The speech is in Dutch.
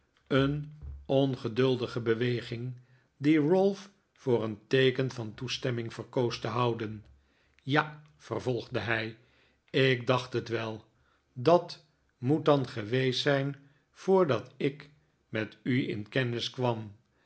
een ongeduldige beweging die ralph voor een teeken van toestemming verkoos te houden ja vervolgde hij ik dacht het wel dat moet dan geweest zijn voordat ik met u in kennis kwam